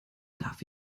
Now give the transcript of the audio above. darf